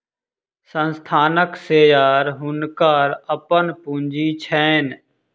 संस्थानक शेयर हुनकर अपन पूंजी छैन